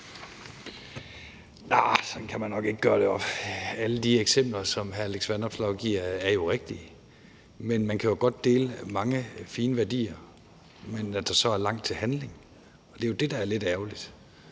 sådan kan man nok ikke gøre det op. Alle de eksempler, som hr. Alex Vanopslagh giver, er rigtige, men man kan jo godt dele mange fine værdier, hvor der så er langt til handling. Og det er jo det, der er lidt ærgerligt.